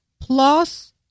plus